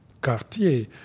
quartier